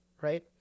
Right